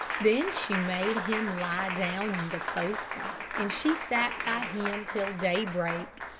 then she made him lie down on the sofa, and she sat by him till day-break,